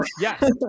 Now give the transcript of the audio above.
Yes